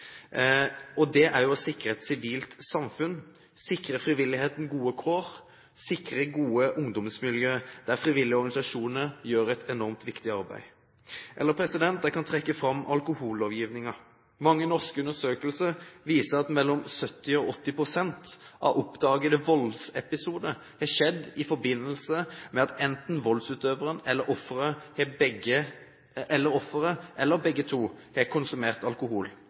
Det er jo å sikre et sivilt samfunn, sikre frivilligheten gode kår, sikre gode ungdomsmiljø, der frivillige organisasjoner gjør et enormt viktig arbeid. Jeg kan også trekke fram alkohollovgivningen. Mange norske undersøkelser viser at mellom 70 og 80 pst. av oppdagede voldsepisoder har skjedd i forbindelse med at enten voldsutøveren eller offeret, eller begge to, har konsumert alkohol.